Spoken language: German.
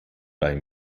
bei